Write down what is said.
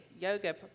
yoga